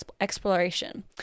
exploration